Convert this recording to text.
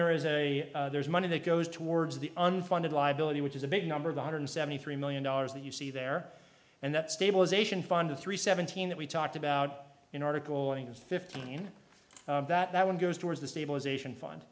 there is a there's money that goes towards the unfunded liability which is a big number of one hundred seventy three million dollars that you see there and that stabilization fund three seventeen that we talked about in article and fifteen that one goes towards the stabilization fund